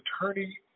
attorney